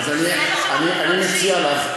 אז אני מציע לך,